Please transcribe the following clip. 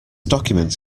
document